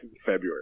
february